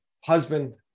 husband